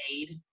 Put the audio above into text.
Aid